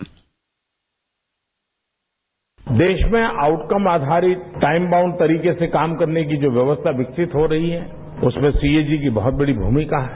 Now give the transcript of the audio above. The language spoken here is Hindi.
बाइट देश में आउटकम आधारित टाइम बाउंड तरीके से काम करने की जो व्यवस्था विकसित हो रही है उसमें सीएजी की बहुत बड़ी भूमिका है